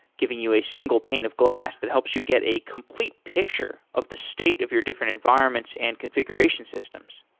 giving you a single pane of glass that helps you get a complete picture of the state of your different environments and configuration systems.